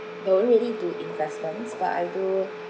don't really do investments but I do